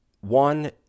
one